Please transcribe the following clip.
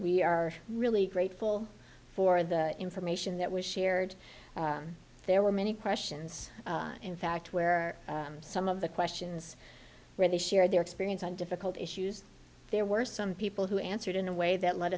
we are really grateful for the information that was shared there were many questions in fact where some of the questions where they shared their experience on difficult issues there were some people who answered in a way that let